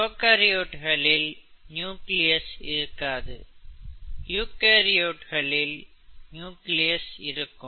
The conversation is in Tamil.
ப்ரோகாரியோட்ஸ்களில் நியூக்ளியஸ் இருக்காது யூகரியோட்ஸ்களில் நியூக்ளியஸ் இருக்கும்